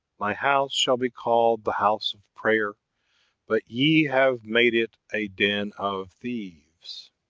my house shall be called the house of prayer but ye have made it a den of thieves.